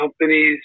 companies